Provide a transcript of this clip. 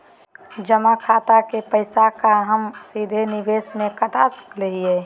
जमा खाता के पैसा का हम सीधे निवेस में कटा सकली हई?